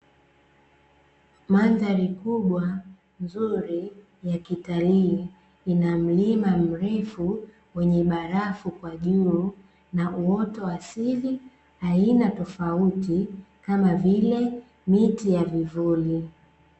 Mandhari kubwa, nzuri ya kitalii, ina mlima mrefu wenye barafu kwa juu, na uoto wa asili aina tofauti, kama vile miti ya vivuli.